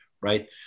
right